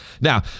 now